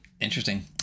Interesting